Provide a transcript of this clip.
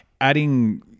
adding